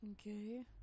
Okay